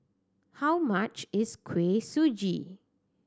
how much is Kuih Suji